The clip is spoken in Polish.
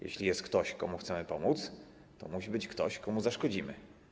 Jeśli jest ktoś, komu chcemy pomóc, to musi być ktoś, komu zaszkodzimy.